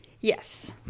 Yes